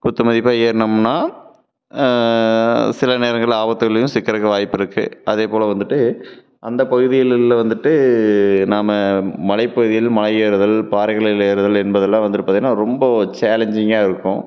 குத்துமதிப்பாக ஏறுனோம்னால் சில நேரங்களில் ஆபத்துகள்லேயும் சிக்கறதுக்கு வாய்ப்பு இருக்குது அதே போல வந்துட்டு அந்த பகுதியிலுள்ள வந்துட்டு நாம் மலைப்பகுதிகளில் மலை ஏறுதல் பாறைகளில் ஏறுதல் என்பதெல்லாம் வந்துட்டு பார்த்தின்னா ரொம்ப சேலஞ்சிங்காக இருக்கும்